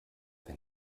wenn